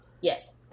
Yes